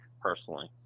personally